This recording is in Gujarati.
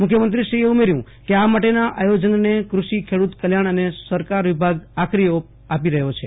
મુખ્યમંત્રીશ્રીએઉમેર્યુ કે આ માટેના આયોજનને કૃષિ ખેડૂત કલ્યાણ અને સહકાર વિભાગ આખરી ઓપ આપી રહ્યો છે